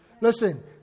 Listen